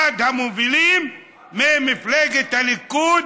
אחד המובילים ממפלגת הליכוד,